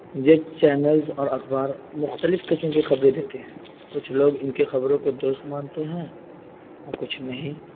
یہ چینلز اور اخبار مختلف قسم کی خبریں دیتے ہیں کچھ لوگ ان کے خبروں کو درست مانتے ہیں اور کچھ نہیں